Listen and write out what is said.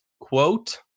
quote